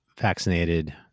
vaccinated